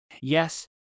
Yes